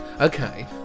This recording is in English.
Okay